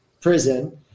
prison